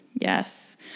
Yes